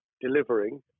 delivering